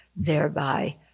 Thereby